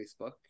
Facebook